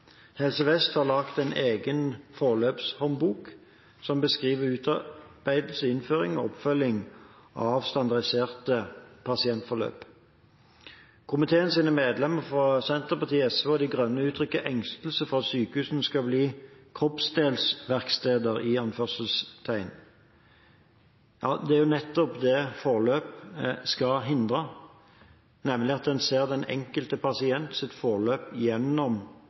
Helse Vest har laget en egen forløpshåndbok som beskriver utarbeidelse, innføring og oppfølging av standardiserte pasientforløp. Komiteens medlemmer fra Senterpartiet, SV og Miljøpartiet De Grønne uttrykker engstelse for at sykehusene skal bli «kroppsdelsverksteder». Det er nettopp det forløpet skal hindre, nemlig at en ser den enkelte pasients forløp gjennom